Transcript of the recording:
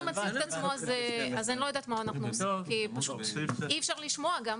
הערה אחת,